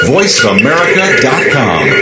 VoiceAmerica.com